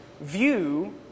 view